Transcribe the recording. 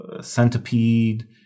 centipede